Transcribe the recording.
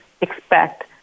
expect